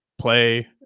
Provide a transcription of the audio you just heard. play